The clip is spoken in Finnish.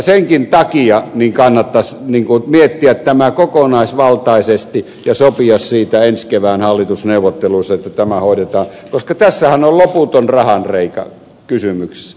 senkin takia kannattaisi miettiä tämä kokonaisvaltaisesti ja sopia siitä ensi kevään hallitusneuvotteluissa että tämä hoidetaan koska tässähän on loputon rahanreikä kysymyksessä